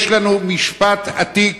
יש לנו משפט עתיק